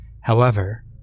However